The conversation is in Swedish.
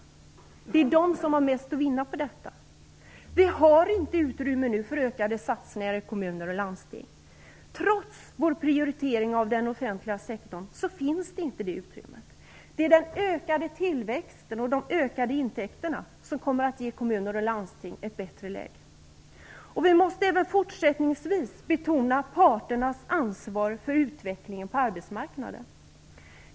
Det är de som har mest att vinna på detta. Vi har inte utrymme nu för ökade satsningar i kommuner och landsting. Trots vår prioritering av den offentliga sektorn, finns inte det utrymmet. Det är den ökade tillväxten och de ökade intäkterna som kommer att ge kommuner och landsting ett bättre läge. Vi måste även fortsättningsvis betona parternas ansvar för utvecklingen på arbetsmarknaden.